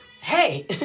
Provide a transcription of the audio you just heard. hey